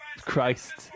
Christ